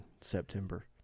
september